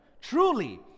truly